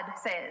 says